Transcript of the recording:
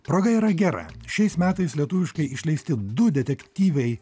proga yra gera šiais metais lietuviškai išleisti du detektyvei